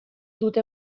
dute